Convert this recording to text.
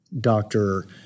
doctor